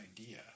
idea